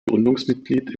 gründungsmitglied